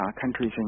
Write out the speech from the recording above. countries